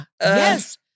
Yes